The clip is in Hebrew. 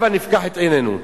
הבה נפקח את עינינו.